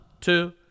two